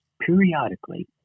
periodically